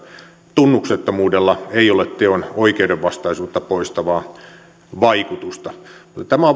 tunnuksettomuudella ei ole teon oikeudenvastaisuutta poistavaa vaikutusta tämä on